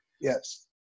Yes